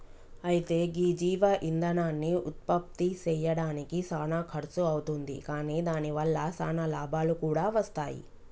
అయితే గీ జీవ ఇందనాన్ని ఉత్పప్తి సెయ్యడానికి సానా ఖర్సు అవుతుంది కాని దాని వల్ల సానా లాభాలు కూడా వస్తాయి